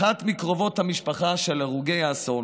אחת מקרובות המשפחה של הרוגי האסון